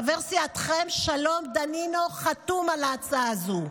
חבר סיעתכם שלום דנינו חתום על ההצעה הזו,